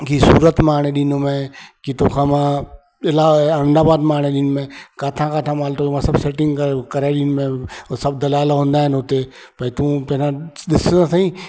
की सूरत मां आणे ॾींदोमाव की तोखां मां इला अहमदाबाद मां आणे ॾींदोमाव किथा किथा माल मां सभु सैटिंग कर कराई ॾींदीमाव हो सभु दलाल हूंदा आहिनि हुते भई तू पंहिंजा ॾिस त सही